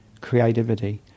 creativity